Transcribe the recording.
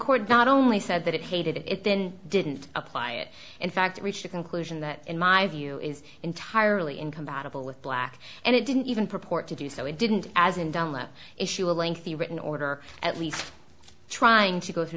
court not only said that it hated it then didn't apply it in fact reached a conclusion that in my view is entirely incompatible with black and it didn't even purport to do so it didn't as in dunlap issue a lengthy written order at least trying to go through